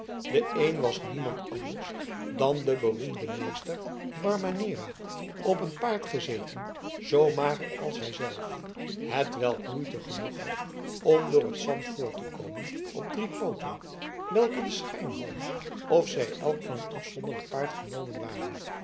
de een was niemand anders dan de beroemde meester barbanera op een paard gezeten zoo mager als hij zelf hetwelk moeite genoeg had om door het zand voort te komen op drie pooten welke den schijn hadden of zij elk van een afzonderlijk paard genomen waren